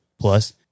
plus